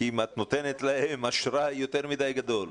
את נותנת להם אשראי יותר מדי גדול,